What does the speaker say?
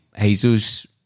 Jesus